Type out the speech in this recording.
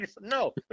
No